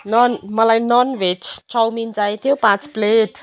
non मलाई ननभेज chowmein चाहिएको थियो पाँच प्लेट